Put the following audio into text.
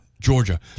Georgia